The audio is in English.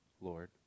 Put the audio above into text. Lord